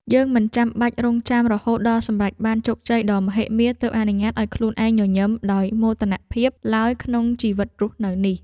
យើងមិនចាំបាច់រង់ចាំរហូតដល់សម្រេចបានជោគជ័យដ៏មហិមាទើបអនុញ្ញាតឱ្យខ្លួនឯងញញឹមដោយមោទនភាពឡើយក្នុងជីវិតរស់នៅនេះ។